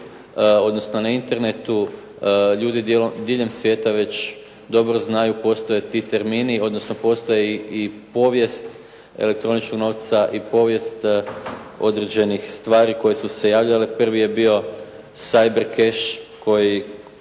odnosno na Internetu ljudi diljem svijeta već dobro znaju, postoje ti termini, odnosno postoji i povijest elektroničnog novca i povijest određenih stvari koje su se javljale, prvi je bio syber cash koji